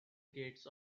gates